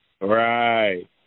Right